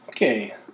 Okay